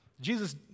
Jesus